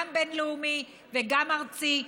גם בין-לאומי וגם ארצי,